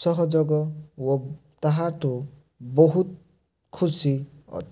ସହଯୋଗ ଓ ତାହାଠୁ ବହୁତ ଖୁସି ଅ